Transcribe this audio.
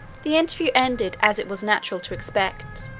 the interview ended as it was natural to expect.